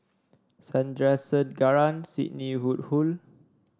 Sandrasegaran Sidney Woodhull